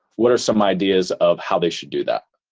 what are some ideas of how they should do that?